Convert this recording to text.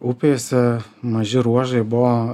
upėse maži ruožai buvo